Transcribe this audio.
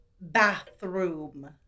bathroom